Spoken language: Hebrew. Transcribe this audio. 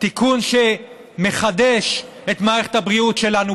תיקון שמחדש את מערכת הבריאות שלנו,